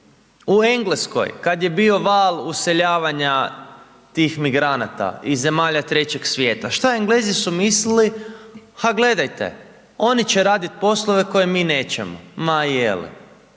U Engleskoj kada je bio val useljavanja tih migranata, iz zemalja Trećeg svijeta, šta Englezi su mislili, ha gledajte, oni će raditi poslove koje mi nećemo. Ma je